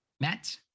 Matt